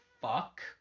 fuck